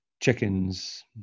chickens